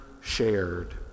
shared